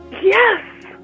Yes